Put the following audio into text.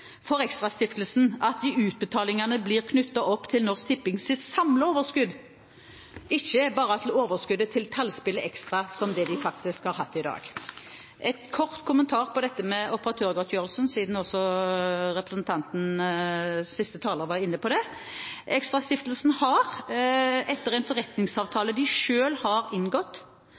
for ExtraStiftelsen at utbetalingene blir knyttet opp til Norsk Tippings samlede overskudd, ikke bare til overskuddet til tallspillet Extra, slik vi faktisk har det i dag. En kort kommentar til dette med operatørgodtgjørelsen, siden siste taler var inne på det. ExtraStiftelsen har etter en forretningsavtale de selv har inngått,